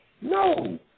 No